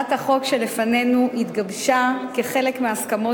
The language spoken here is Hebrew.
הצעת החוק שלפנינו התגבשה כחלק מהסכמות